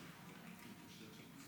הינני